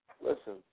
Listen